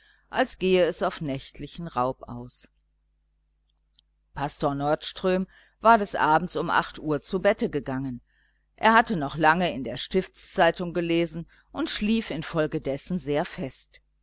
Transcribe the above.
als gehe es auf nächtlichen raub aus pastor nordström war des abends um acht uhr zu bette gegangen er hatte noch lange in der stiftszeitung gelesen und schlief infolgedessen sehr fest